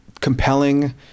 Compelling